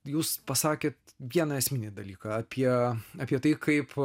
jūs pasakėt vieną esminį dalyką apie apie tai kaip